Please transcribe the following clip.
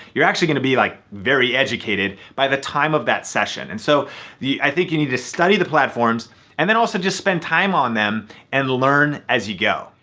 you're actually gonna be like very educated by the time of that session. and so i think you need to study the platforms and then also just spend time on them and learn as you go.